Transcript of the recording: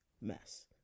mess